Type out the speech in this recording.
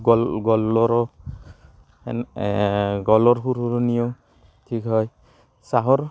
গল গলৰো এন গলৰ সুৰসুৰণিও ঠিক হয় চাহৰ